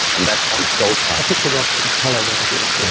and that's on feldspar. i picked the rock for the colour that it is.